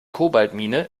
kobaltmine